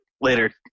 later